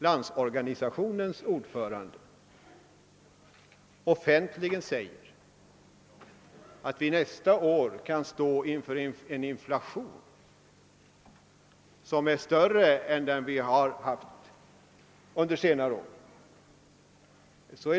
Landsorganisationens ordförande har offentligen sagt att vi nästa år kan stå inför en inflation som är större än vi har haft under senare år.